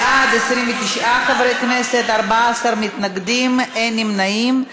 בעד, 29 חברי כנסת, 14 מתנגדים, אין נמנעים.